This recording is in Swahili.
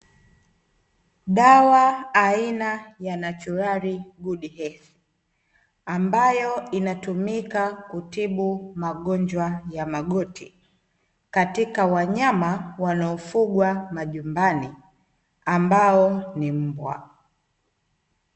Dawa aina ya Natural Good Health ambayo inatumika kutibu magonjwa ya magoti, katika wanyama wanaofugwa majumbani ambao ni mbwa.